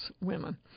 women